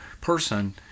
person